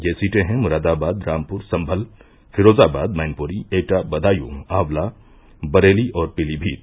ये सीटें हैं मुरादाबाद रामपुर सम्मल फिरोजाबाद मैनपुरी एटा बदायेँ आंवला बरेली और पीलीमीत